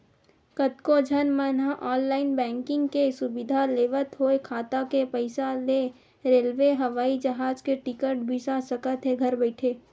कतको झन मन ह ऑनलाईन बैंकिंग के सुबिधा लेवत होय खाता के पइसा ले रेलवे, हवई जहाज के टिकट बिसा सकत हे घर बइठे